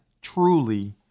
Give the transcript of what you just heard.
truly